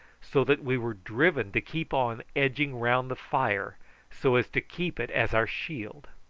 so that we were driven to keep on edging round the fire so as to keep it as our shield.